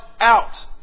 out